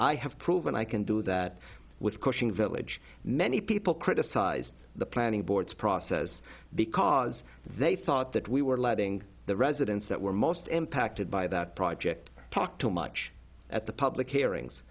i have proven i can do that with coaching village many people criticized the planning boards process because they thought that we were letting the residents that were most impacted by that project talk too much at the public hearings